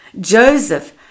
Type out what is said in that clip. Joseph